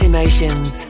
Emotions